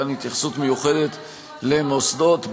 מתן התייחסות מיוחדת למוסדות,